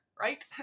right